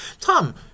Tom